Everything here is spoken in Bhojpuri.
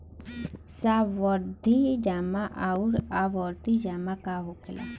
सावधि जमा आउर आवर्ती जमा का होखेला?